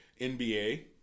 NBA